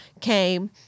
came